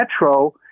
Metro